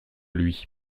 lui